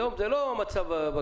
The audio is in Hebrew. היום זה לא המצב בכבישים.